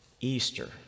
Easter